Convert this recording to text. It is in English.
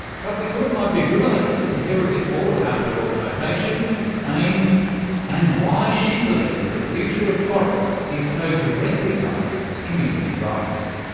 but we thought it might be a good idea to hear a bit more about her organisation, its aims and why she believes the future of forests is so directly tied to community rights.